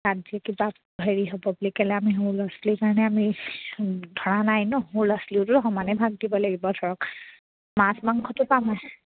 তাত যে কিবা হেৰি হ'ব বুলি কেলৈ আমি সৰু লৰা ছোৱালীৰ কাৰণে আমি ধৰা নাই নহ্ সৰু ল'ৰা ছোৱালীওতো সমানেই ভাগ দিব লাগিব ধৰক মাছ মাংসটো পাম